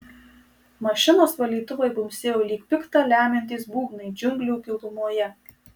mašinos valytuvai bumbsėjo lyg pikta lemiantys būgnai džiunglių gilumoje